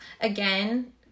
again